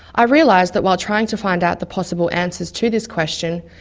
i realized that while trying to find out the possible answers to this question,